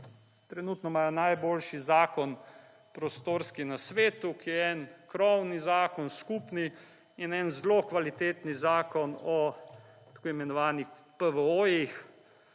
Trenutno imajo najboljši zakon prostorski na svetu, ki je en krovni zakon, skupni in en zelo kvalitetni Zakon o tako imenovani PVO,